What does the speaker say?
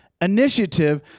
initiative